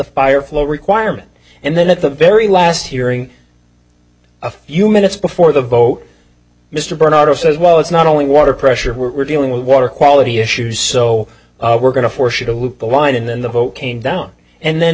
fire flow requirement and then at the very last hearing a few minutes before the boat mr bernardo says well it's not only water pressure we're dealing with water quality issues so we're going to force you to loop the line and then the boat came down and then